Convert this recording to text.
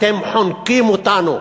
אתם חונקים אותנו.